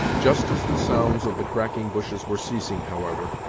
just as the sounds of the cracking bushes were ceasing, however,